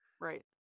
Right